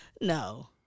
no